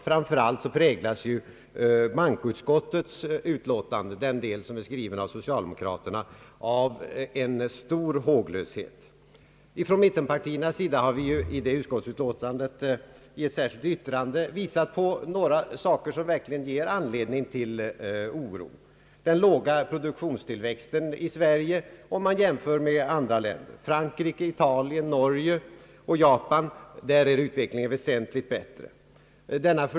Framför allt präglas den del av bankoutskottets utlåtande som är skriven av socialdemokraterna av en stor håglöshet. Ifrån mittenpartiernas sida har vi i det utskottsutlåtandet i ett särskilt yttrande visat på några saker, som verkligen ger anledning till oro. Vi har nämnt den i Sverige jämfört med andra länder låga produktionstillväxten. I Frankrike, Italien, Norge och Japan är utvecklingen väsentligt bättre.